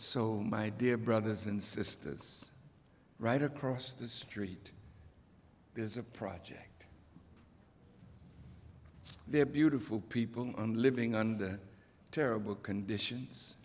so my dear brothers and sisters right across the street there's a project there beautiful people living under terrible conditions